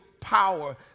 power